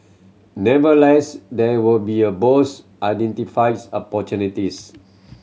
never less there were be a Bose identifies opportunities